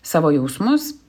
savo jausmus